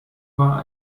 war